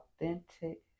authentic